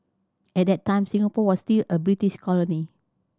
at that time Singapore was still a British colony